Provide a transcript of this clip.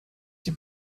die